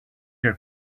here